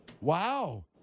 Wow